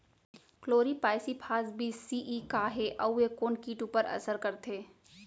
Chlorpyrifos बीस C E का हे अऊ ए कोन किट ऊपर असर करथे?